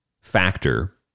factor